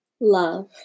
love